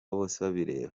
bosebabireba